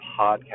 podcast